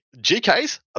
GKs